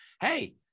hey